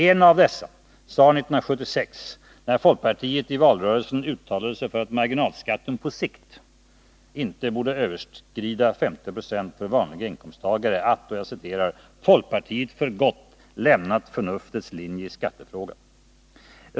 En av dessa sade 1976, när folkpartiet i valrörelsen uttalade sig för att marginalskatten på sikt inte borde få överskrida 50 96 för vanliga inkomsttagare, att ”folkpartiet för gott lämnat förnuftets linje i skattefrågan”.